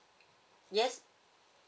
yes